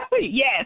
yes